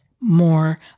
more